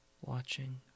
Watching